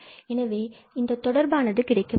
எனவே இந்த தொடர்பானது கிடைக்கப்பெறும்